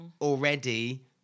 already